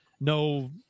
No